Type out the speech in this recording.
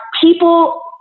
people